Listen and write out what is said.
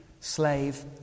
slave